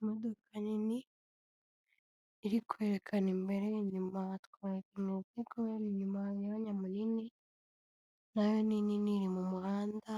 Imodoka nini iri kwerekana imbere inyuma hatwarwa imizigo, inyuma hari umwanya munini, na yo ni nini, iri mu muhanda,